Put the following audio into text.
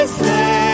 say